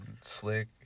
slick